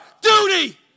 duty